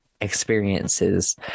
experiences